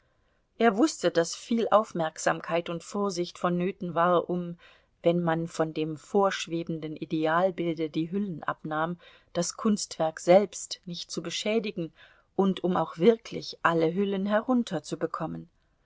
er wußte daß viel aufmerksamkeit und vorsicht vonnöten war um wenn man von dem vorschwebenden idealbilde die hüllen abnahm das kunstwerk selbst nicht zu beschädigen und um auch wirklich alle hüllen